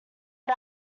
but